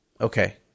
Okay